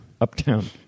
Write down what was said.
Uptown